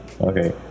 Okay